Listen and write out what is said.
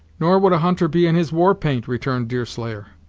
nor would a hunter be in his war-paint, returned deerslayer.